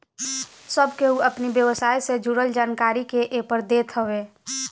सब केहू अपनी व्यवसाय से जुड़ल जानकारी के एपर देत हवे